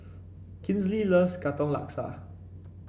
Kinsley loves Katong Laksa